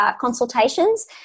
consultations